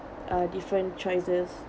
uh different choices